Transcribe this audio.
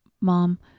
mom